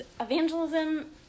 evangelism